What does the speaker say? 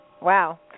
Wow